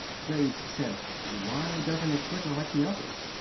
graves said why doesn't it flicker like the others?